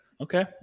okay